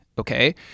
Okay